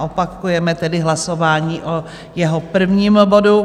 Opakujeme hlasování o jeho prvním bodu.